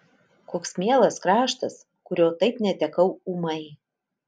koks mielas kraštas kurio taip netekau ūmai